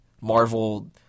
Marvel